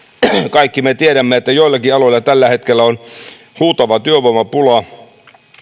kaikki me tiedämme että joillakin aloilla tällä hetkellä on huutava työvoimapula